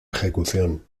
ejecución